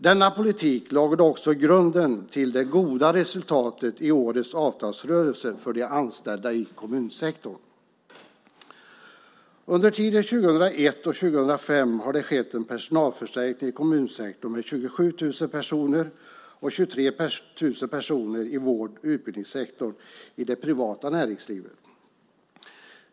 Denna politik lade också grunden till det goda resultatet i årets avtalsrörelse för de anställda i kommunsektorn. Under tiden 2001-2005 har det skett en personalförstärkning med 27 000 personer i kommunsektorn och med 23 000 personer i vård och utbildningssektorn i det privata näringslivet.